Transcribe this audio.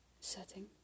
setting